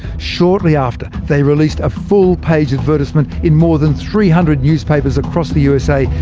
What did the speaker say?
shortly after, they released a full-page advertisement in more than three hundred newspapers across the usa,